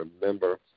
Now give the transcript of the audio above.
remember